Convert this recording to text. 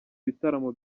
bitaramo